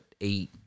eight